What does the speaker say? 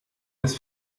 das